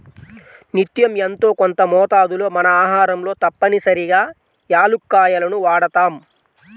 నిత్యం యెంతో కొంత మోతాదులో మన ఆహారంలో తప్పనిసరిగా యాలుక్కాయాలను వాడతాం